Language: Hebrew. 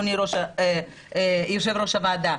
יושב-ראש הוועדה,